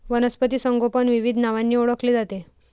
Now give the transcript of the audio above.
वनस्पती संगोपन विविध नावांनी ओळखले जाते